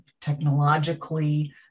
technologically